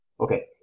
Okay